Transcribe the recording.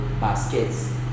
baskets